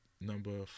number